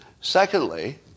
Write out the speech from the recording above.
Secondly